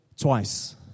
twice